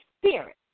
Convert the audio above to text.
spirit